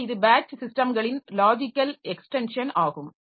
எனவே இது பேட்ச் சிஸ்டம்களின் லாஜிக்கல் எக்ஸ்டென்ஷன் ஆகும்